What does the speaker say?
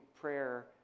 prayer